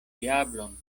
diablon